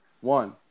One